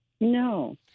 No